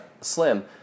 slim